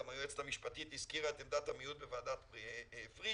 היועצת המשפטית הזכירה את עמדת המיעוט בוועדת פריש,